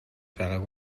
байгааг